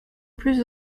plus